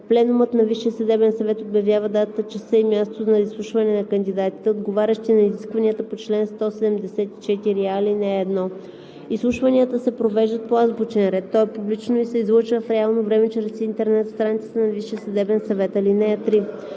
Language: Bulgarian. съдебен съвет обявява датата, часа и мястото за изслушване за кандидатите, отговарящи на изискванията по 174а, ал. 1. Изслушването се провежда по азбучен ред. То е публично и се излъчва в реално време чрез интернет страницата на Висшия